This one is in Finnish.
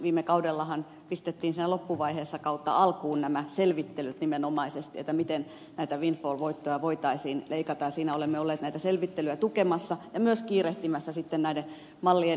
viime kaudellahan pistettiin siinä loppuvaiheessa kautta alkuun nämä selvittelyt nimenomaisesti miten näitä windfall voittoja voitaisiin leikata ja siinä olemme olleet näitä selvittelyjä tukemassa ja myös kiirehtimässä näiden mallien eteenpäin viemistä